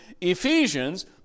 Ephesians